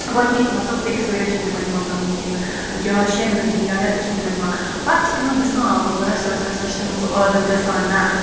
گۄڈنہِ مَطلَب أکِس ؤرۍ یَس چھِنہٕ تِمَن یِوان سمجھ کِہیٖنۍ یا شیٚن ریٚتَن چھِنہٕ یا ریٚتَس چھِنہٕ تِمَن یِوان پَتہٕ چھِ تِمَن گَژھان رَسہِ رَسہِ رَسہِ رَسہِ چھ تِمَن سُہ عادَت گَژھان نہَ